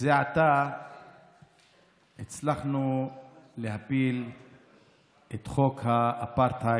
זה עתה הצלחנו להפיל את חוק האפרטהייד,